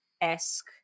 esque